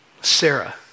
Sarah